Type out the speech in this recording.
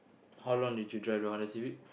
how long did you drive your Honda-Civic